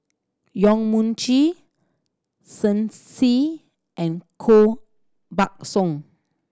Yong Mun Chee Shen Xi and Koh Buck Song